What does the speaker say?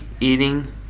eating